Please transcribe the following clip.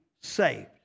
saved